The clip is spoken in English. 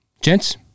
Gents